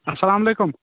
اَسلام علیکُم